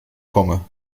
komme